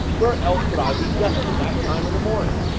where else would i be dustin' that time in the mornin'?